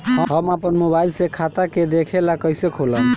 हम आपन मोबाइल से खाता के देखेला कइसे खोलम?